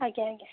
ଆଜ୍ଞା ଆଜ୍ଞା